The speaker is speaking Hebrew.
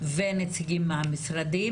ונציגים מהמשרדים.